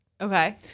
Okay